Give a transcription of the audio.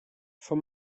vor